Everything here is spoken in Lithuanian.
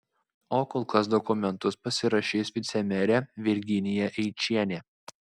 o kol kas dokumentus pasirašys vicemerė virginija eičienė